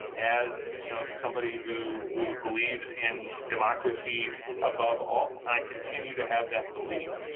as you know somebody who who believes in democracy above all i continue to have that belief.